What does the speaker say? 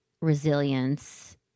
resilience